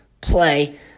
Play